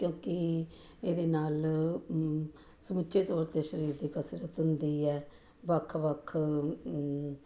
ਕਿਉਂਕਿ ਇਹਦੇ ਨਾਲ ਸਮੁੱਚੇ ਤੌਰ 'ਤੇ ਸਰੀਰ ਦੀ ਕਸਰਤ ਹੁੰਦੀ ਹੈ ਵੱਖ ਵੱਖ